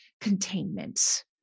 containment